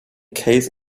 case